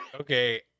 Okay